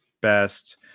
best